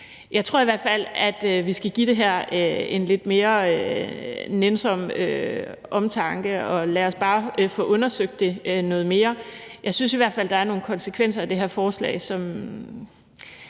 Jeg tror i hvert fald, at vi skal give det her lidt mere nænsom omtanke, og lad os bare få undersøgt det noget mere. Jeg synes i hvert fald, der er nogle konsekvenser af det her forslag, og